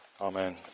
Amen